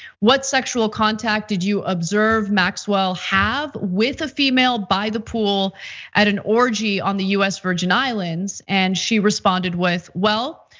what sexual contact did you observe maxwell have with a female by the pool at an orgy on the us virgin islands? and she responded with well,